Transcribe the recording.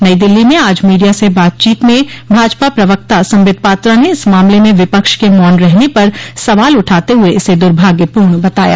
नई दिल्ली में आज मीडिया से बातचोत में भाजपा प्रवक्ता सम्बित पात्रा ने इस मामले में विपक्ष के मौन रहने पर सवाल उठाते हुए इसे दुर्भाग्य पूर्ण बताया